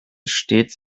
stets